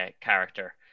character